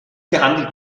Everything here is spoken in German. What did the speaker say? gehandelt